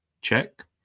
Check